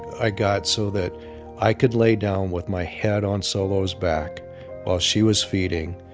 i got so that i could lay down with my head on solo's back while she was feeding,